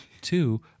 Two